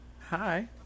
hi